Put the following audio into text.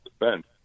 defense